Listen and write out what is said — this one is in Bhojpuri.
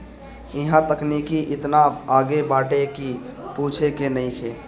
इहां तकनीकी एतना आगे बाटे की पूछे के नइखे